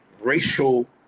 racial